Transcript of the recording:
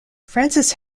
frances